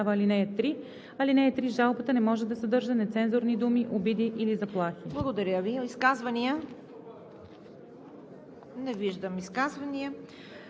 ал. 3: „(3) Жалбата не може да съдържа нецензурни думи, обиди или заплахи.“